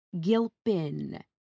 Gilpin